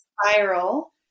spiral